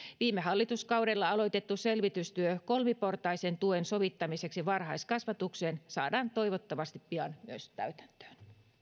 viime hallituskaudella aloitettu selvitystyö kolmiportaisen tuen sovittamiseksi varhaiskasvatukseen saadaan toivottavasti pian myös täytäntöön